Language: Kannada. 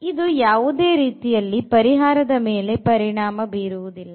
ಇದು ಯಾವುದೇ ರೀತಿಯಲ್ಲಿ ಪರಿಹಾರದ ಮೇಲೆ ಪರಿಣಾಮ ಬೀರುವುದಿಲ್ಲ